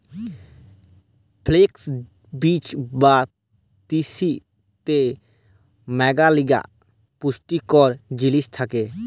flakes বীজ বা তিসিতে ম্যালাগিলা পুষ্টিকর জিলিস থ্যাকে